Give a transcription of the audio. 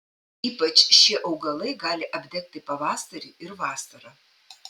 ypač šie augalai gali apdegti pavasarį ir vasarą